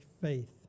faith